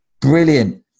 brilliant